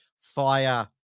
fire